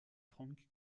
frank